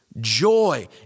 joy